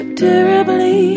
terribly